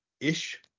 ish